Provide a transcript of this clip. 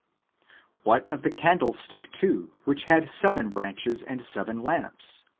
what of the candlestick, too, which had seven branches and seven lamps?